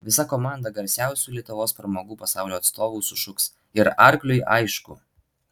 visa komanda garsiausių lietuvos pramogų pasaulio atstovų sušuks ir arkliui aišku